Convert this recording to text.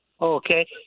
Okay